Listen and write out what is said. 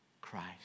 Christ